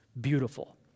beautiful